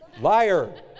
Liar